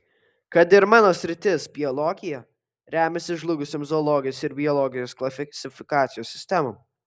kad ir mano sritis biologija remiasi žlugusiom zoologijos ir biologijos klasifikacijos sistemom